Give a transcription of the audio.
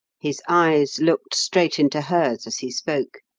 his eyes looked straight into hers as he spoke,